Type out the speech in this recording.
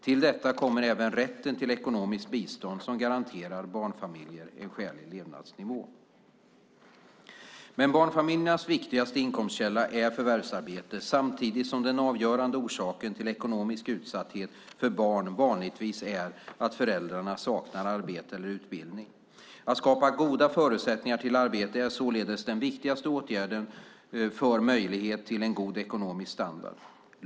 Till detta kommer även rätten till ekonomiskt bistånd som garanterar barnfamiljer en skälig levnadsnivå. Barnfamiljernas viktigaste inkomstkälla är förvärvsarbete, samtidigt som den avgörande orsaken till ekonomisk utsatthet för barn vanligtvis är att föräldrarna saknar arbete eller utbildning. Att skapa goda förutsättningar till arbete är således den viktigaste åtgärden för möjlighet till en god ekonomisk standard.